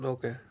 Okay